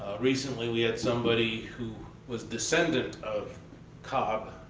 recently, we had somebody who was descendant of cobb,